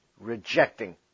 rejecting